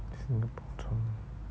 mm 不错